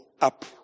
up